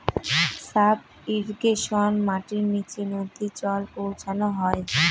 sub ইর্রিগেশনে মাটির নীচে নদী জল পৌঁছানো হয়